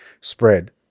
spread